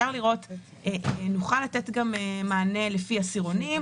נוכל לתת מענה לפי עשירונים,